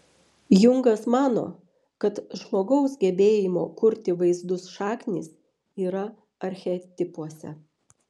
jungas mano kad žmogaus gebėjimo kurti vaizdus šaknys yra archetipuose